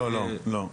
לא, לא.